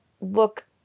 look